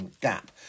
gap